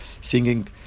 singing